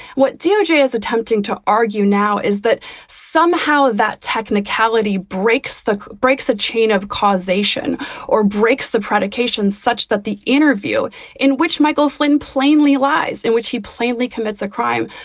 what doj is attempting to argue now is that somehow that technicality breaks the breaks a chain of causation or breaks the predications such that the interview in which michael flynn plainly lies, in which he plainly commits a crime,